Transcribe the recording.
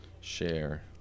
share